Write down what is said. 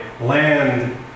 land